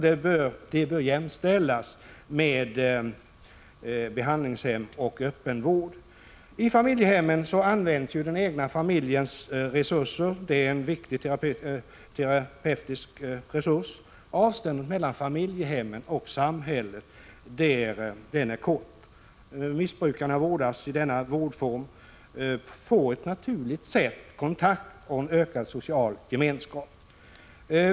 De bör jämställas med behandlingshem och öppenvård. I familjehemmen används den egna familjen som en terapeutisk resurs. Avståndet mellan familjehemmet och det övriga samhället är kort. Missbrukare som vårdas i denna vårdform får på ett naturligt sätt kontakter och en ökad social gemenskap.